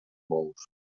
bous